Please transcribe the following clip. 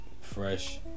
fresh